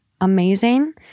amazing